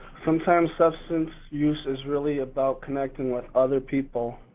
sometimes substance use is really about connecting with other people.